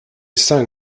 sang